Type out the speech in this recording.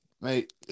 Mate